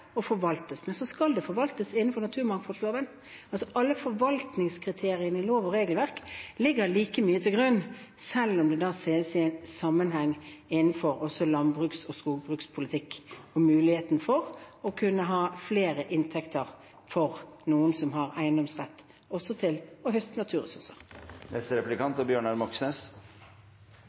det forvaltes innenfor naturmangfoldloven. Alle forvaltningskriterier i lov- og regelverk ligger like mye til grunn selv om det ses i sammenheng innenfor landbruks- og skogbrukspolitikk, og det er en mulighet til å kunne ha flere inntekter for noen som har eiendomsrett, også til å høste naturressurser. Det virker som at regjeringens ambisjon er